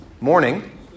morning